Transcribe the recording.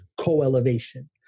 co-elevation